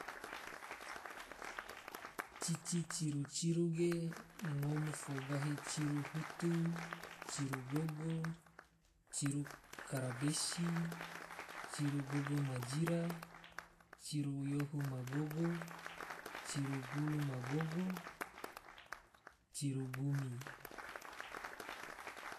Cici ciru-ciru ge, ngom fo gahi ciru hutu, ciru gogo, ciru karabesi, ciru gogo ma jira, ciru yohu ma gogo, ciru gulu ma gogo. ciru gumi